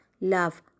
love